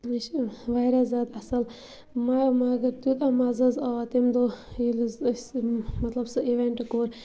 یہِ چھُ واریاہ زیادٕ اَصل مہ مَگر تیوٗتاہ مَزٕ حظ آو تمہِ دۄہ ییٚلہِ حظ أسۍ مطلب سُہ اِوینٛٹ کوٚر